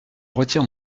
retire